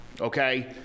okay